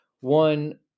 One